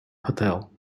hotel